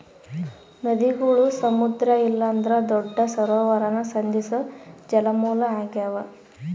ನದಿಗುಳು ಸಮುದ್ರ ಇಲ್ಲಂದ್ರ ದೊಡ್ಡ ಸರೋವರಾನ ಸಂಧಿಸೋ ಜಲಮೂಲ ಆಗ್ಯಾವ